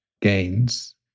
gains